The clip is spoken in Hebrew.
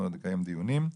נקיים על כך דיונים.